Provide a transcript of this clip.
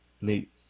neat